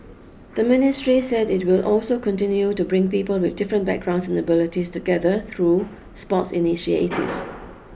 the ministry said it will also continue to bring people with different backgrounds and abilities together through sports initiatives